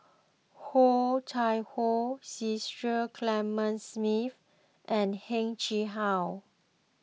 Oh Chai Hoo Cecil Clementi Smith and Heng Chee How